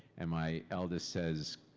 and my eldest says